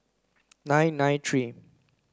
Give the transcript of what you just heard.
nine nine three